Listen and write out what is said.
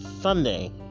Sunday